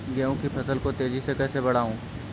गेहूँ की फसल को तेजी से कैसे बढ़ाऊँ?